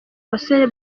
abasore